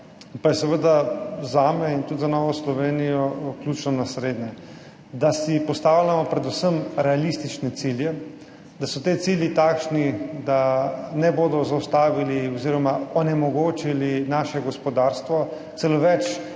pa je seveda zame in tudi za Novo Slovenijo ključno naslednje, da si postavljamo predvsem realistične cilje, da so ti cilji takšni, da ne bodo onemogočali našega gospodarstva, celo več,